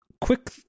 Quick